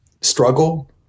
struggle